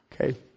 Okay